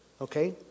okay